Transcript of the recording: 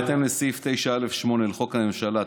בהתאם לסעיף 9(א)(8) לחוק הממשלה,